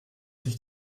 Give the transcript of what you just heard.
sich